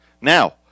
Now